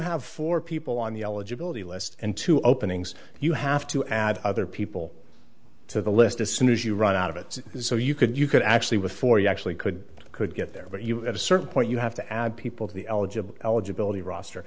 have four people on the eligibility list and two openings you have to add other people to the list as soon as you run out of it so you could you could actually work for you actually could could get there but you at a certain point you have to add people to the eligible eligibility roster